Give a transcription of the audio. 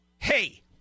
Hey